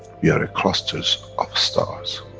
we are a clusters of stars.